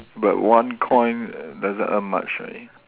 but one coin doesn't earn much right